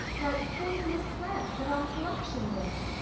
like poisonous plants that on corruption live?